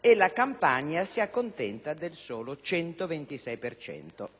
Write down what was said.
e la Campania si accontenta del solo 126 per cento.